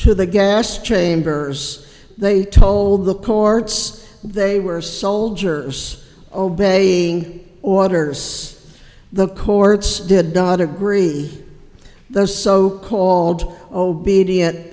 to the gas chambers they told the courts they were soldiers obeying orders the courts did not agree the so called obedient